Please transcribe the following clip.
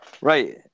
right